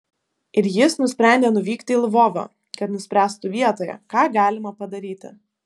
ir jis nusprendė nuvykti į lvovą kad nuspręstų vietoje ką galima padaryti